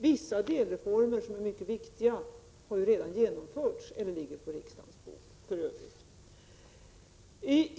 Vissa delreformer, som är mycket viktiga, har för övrigt redan genomförts eller ligger på riksdagens bord.